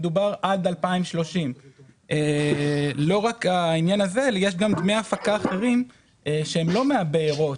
יהיה עד 2030. יש גם דמי הפקה אחרים שהם לא מהבארות,